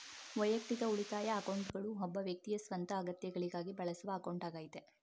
ವೈಯಕ್ತಿಕ ಉಳಿತಾಯ ಅಕೌಂಟ್ಗಳು ಒಬ್ಬ ವ್ಯಕ್ತಿಯ ಸ್ವಂತ ಅಗತ್ಯಗಳಿಗಾಗಿ ಬಳಸುವ ಅಕೌಂಟ್ ಆಗೈತೆ